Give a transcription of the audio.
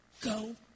go